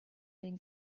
den